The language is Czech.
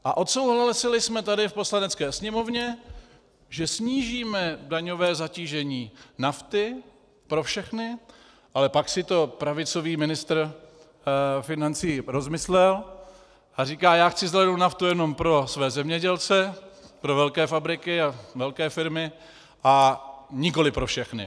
A odsouhlasili jsme tady v Poslanecké sněmovně, že snížíme daňové zatížení nafty pro všechny, ale pak si to pravicový ministr financí rozmyslel a říkal: já chci zelenou naftu jenom pro své zemědělce, pro velké fabriky a velké firmy, a nikoliv pro všechny.